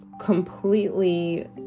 completely